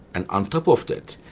and on top of that,